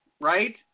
right